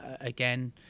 again